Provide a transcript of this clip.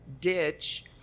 ditch